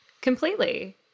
Completely